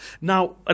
Now